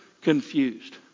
confused